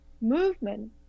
movement